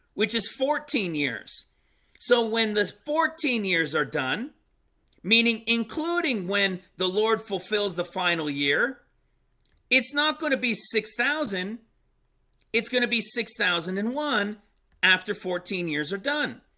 which is fourteen years so when the so fourteen years are done meaning including when the lord fulfills the final year it's not going to be six thousand it's going to be six thousand and one after fourteen years are done.